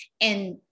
And-